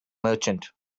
merchant